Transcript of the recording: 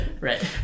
right